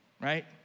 right